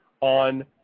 on